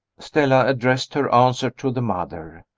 stella addressed her answer to the mother.